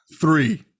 three